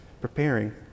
preparing